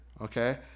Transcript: okay